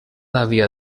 havia